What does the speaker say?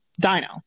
Dino